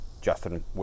Justin